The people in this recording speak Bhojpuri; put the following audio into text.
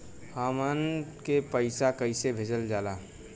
हमन के पईसा कइसे भेजल जाला?